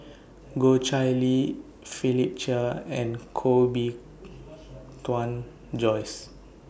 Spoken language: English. Goh Chiew Lye Philip Chia and Koh Bee Tuan Joyce